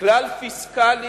כלל פיסקלי